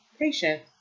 patient